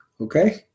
okay